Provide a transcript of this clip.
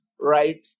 right